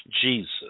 Jesus